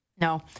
No